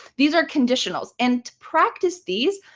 these are conditionals. and practice these.